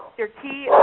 your key